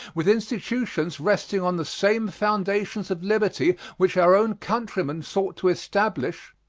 with institutions resting on the same foundations of liberty which our own countrymen sought to establish,